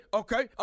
okay